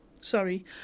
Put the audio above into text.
sorry